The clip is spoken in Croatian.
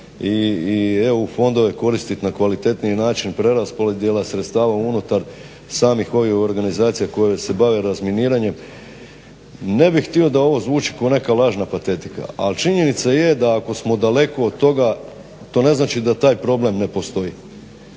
i EU fondove koristit na kvalitetniji način, preraspodjela sredstava unutar samih ovih organizacija koje se bave razminiranjem. Ne bih htio da ovo zvuči kao neka lažna patetika, ali činjenica je da ako smo daleko od toga to ne znači da taj problem ne postoji.